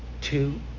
two